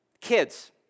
Kids